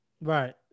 Right